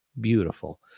Beautiful